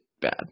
bad